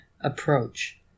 approach